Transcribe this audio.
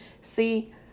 See